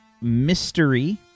mystery